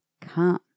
come